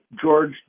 George